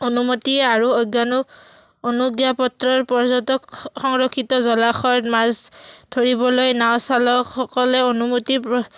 অনুমতি আৰু অজ্ঞানু অনুজ্ঞাপত্ৰৰ পৰ্যটক সংৰক্ষিত জলাশয়ত মাছ ধৰিবলৈ নাও চালকসকলে অনুমতিৰ প